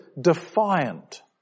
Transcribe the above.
defiant